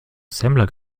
assembler